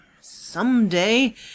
someday